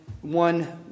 one